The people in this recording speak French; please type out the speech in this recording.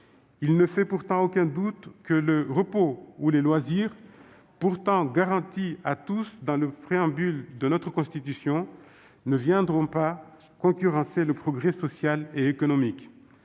Il ne fait aucun doute que le repos ou les loisirs, pourtant « garantis » à tous dans le préambule de notre Constitution, ne viendront pas concurrencer le progrès social et économique.